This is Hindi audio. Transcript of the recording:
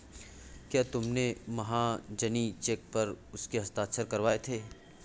क्या तुमने महाजनी चेक पर उसके हस्ताक्षर करवाए थे?